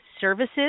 services